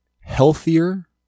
Healthier